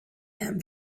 him